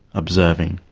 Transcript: observing.